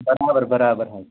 برابر برابر حظ